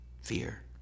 fear